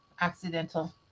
accidental